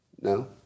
No